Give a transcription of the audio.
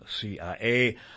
CIA